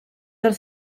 del